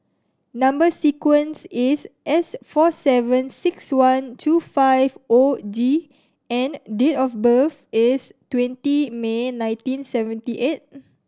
number sequence is S four seven six one two five O D and date of birth is twenty May nineteen seventy eight